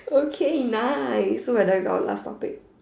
okay nice so we're done with our last topic